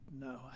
No